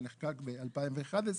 שנחקק ב-2011,